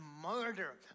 murder